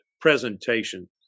presentation